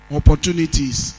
opportunities